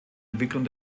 entwicklung